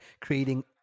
creating